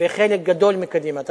וחלק גדול מקדימה, אתה צודק,